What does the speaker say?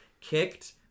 kicked